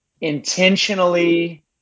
intentionally